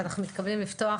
אנחנו מתכבדים לפתוח